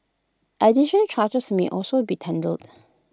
addition charges may also be tendered